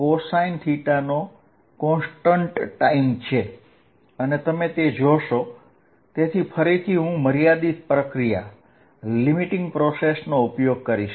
તો ફરીથી હું મર્યાદિત પ્રક્રિયા નો ઉપયોગ કરીશ